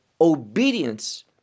obedience